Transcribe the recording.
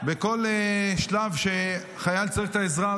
בכל שלב שבו חייל צריך את העזרה,